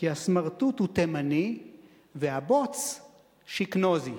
הסמרטוט הוא תימני,/ והבוץ שכנוזי".